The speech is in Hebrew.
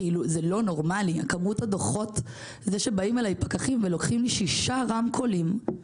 זה לא נורמלי זה שבאים אליי פקחים ולוקחים לי שישה רמקולים,